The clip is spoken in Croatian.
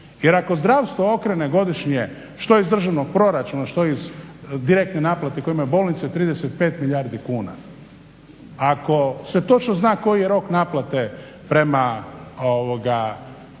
Jer ako zdravstvo okrene godišnje što iz državnog proračuna, što iz direktne naplate koje imaju bolnice 35 milijardi kuna. Ako se točno zna koji je rok naplate prema